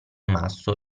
masso